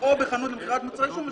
אין בה צורך.